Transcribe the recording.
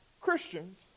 Christians